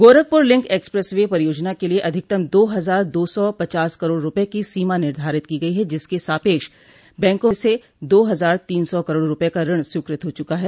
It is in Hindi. गोरखपुर लिंक एक्सप्रेस वे परियोजना के लिये अधिकतम दो हजार दो सौ पचास करोड़ रूपये की सीमा निर्धारित की गई है जिसके सापेक्ष बैंकों से दो हजार तीन सौ करोड़ रूपये का ऋण स्वीकृत हो चुका है